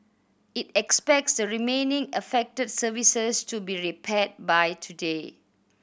it expects the remaining affected services to be repaired by today